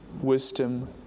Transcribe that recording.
wisdom